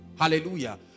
hallelujah